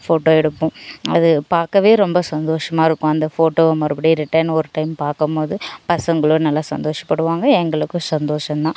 photo எடுப்போம் அது பார்க்கவே ரொம்ப சந்தோஷமாக இருக்கும் அந்த ஃபோட்டோவை மறுபடியும் ரிட்டன் ஒரு டைம் பார்க்கம் போது பசங்களும் நல்லா சந்தோஷப்படுவாங்க எங்களுக்கும் சந்தோஷம் தான்